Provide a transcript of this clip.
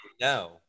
no